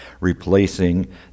replacing